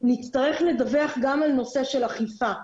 נצטרך לדווח גם על נושא של אכיפה.